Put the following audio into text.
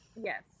Yes